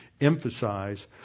emphasize